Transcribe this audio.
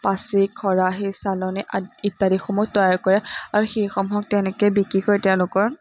পাচি খৰাহি চালনী আদি ইত্যাদিসমূহ তৈয়াৰ কৰে আৰু সেইসমূহক তেনেকৈয়ে বিক্ৰী কৰি তেওঁলোকৰ